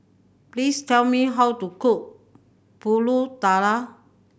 please tell me how to cook Pulut Tatal